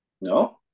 No